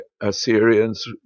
Assyrians